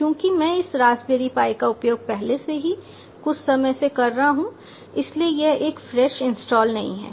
चूँकि मैं इस रास्पबेरी पाई का उपयोग पहले से ही कुछ समय से कर रहा हूँ इसलिए यह एक फ्रेश इंस्टॉल नहीं है